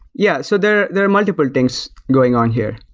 yeah. so there there are multiple things going on here.